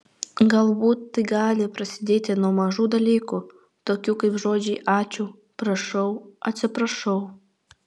galbūt tai gali prasidėti nuo mažų dalykų tokių kaip žodžiai ačiū prašau atsiprašau